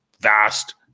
vast